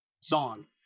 song